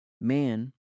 man